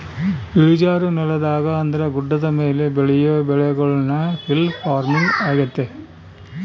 ಇಳಿಜಾರು ನೆಲದಾಗ ಅಂದ್ರ ಗುಡ್ಡದ ಮೇಲೆ ಬೆಳಿಯೊ ಬೆಳೆಗುಳ್ನ ಹಿಲ್ ಪಾರ್ಮಿಂಗ್ ಆಗ್ಯತೆ